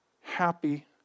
happy